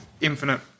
infinite